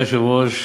אדוני היושב-ראש,